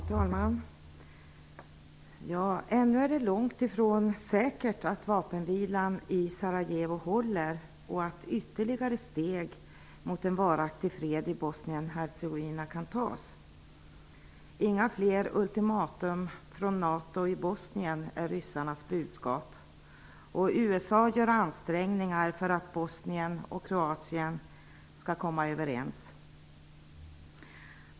Fru talman! Ännu är det långt ifrån säkert att vapenvilan i Sarajevo håller och att ytterligare steg mot en varaktig fred i Bosnien-Hercegovina kan tas. Inga fler ultimatum från NATO när det gäller Bosnien är ryssarnas budskap. USA gör ansträngningar för att Bosnien och Kroatien skall kunna komma överens.